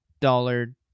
dollar